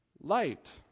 Light